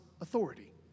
authority